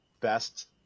best